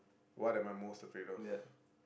what am I most afraid of